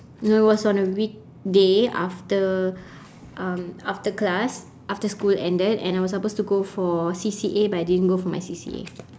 no it was on a weekday after um after class after school ended and I was supposed to go for C_C_A but I didn't go for my C_C_A